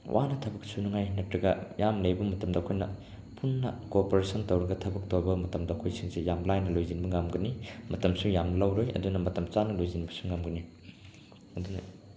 ꯋꯥꯅ ꯊꯕꯛ ꯁꯨꯅꯤꯡꯉꯥꯏ ꯅꯠꯇꯔꯒ ꯌꯥꯝ ꯂꯩꯕ ꯃꯇꯝꯗ ꯑꯩꯈꯣꯏꯅ ꯄꯨꯟꯅ ꯀꯣꯑꯣꯄꯔꯦꯁꯟ ꯇꯧꯔꯒ ꯊꯕꯛ ꯇꯧꯕ ꯃꯇꯝꯗ ꯑꯩꯈꯣꯏ ꯊꯕꯛꯁꯤꯡꯁꯦ ꯌꯥꯝꯅ ꯂꯥꯏꯅ ꯂꯣꯏꯁꯤꯟꯕ ꯉꯝꯒꯅꯤ ꯃꯇꯝꯁꯨ ꯌꯥꯝꯅ ꯂꯧꯔꯣꯏ ꯑꯗꯨꯅ ꯃꯇꯝ ꯆꯥꯅ ꯂꯣꯁꯤꯟꯕꯁꯨ ꯉꯝꯒꯅꯤ ꯑꯗꯨꯅ